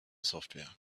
software